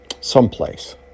someplace